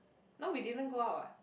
no we didn't go out what